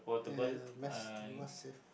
uh yeah yeah must save